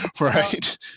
right